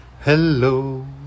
hello